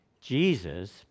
Jesus